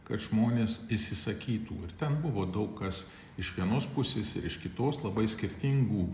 kad žmonės įsisakytų ir ten buvo daug kas iš vienos pusės ir iš kitos labai skirtingų